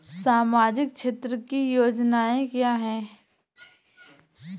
सामाजिक क्षेत्र की योजनाएँ क्या हैं?